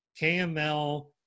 KML